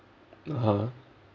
(uh huh)